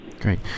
Great